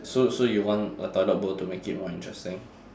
so so you want a toilet bowl to make it more interesting